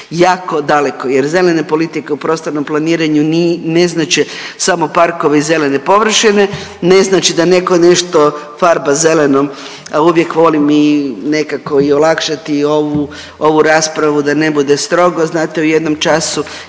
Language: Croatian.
već daleko, jer zelene politike u prostornom planiranju ne znače samo parkove i zelene površine. Ne znači da netko nešto farba zelenom, a uvijek volim i nekako i olakšati ovu raspravu da ne bude strogo. Znate u jednom času